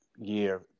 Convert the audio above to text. year